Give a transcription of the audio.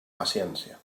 paciència